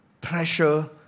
pressure